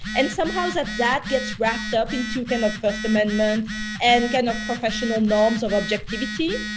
and somehow that that gets wrapped up into kind of first amendment and kind of professional norms of objectivity.